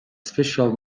special